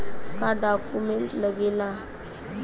का डॉक्यूमेंट लागेला?